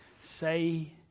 say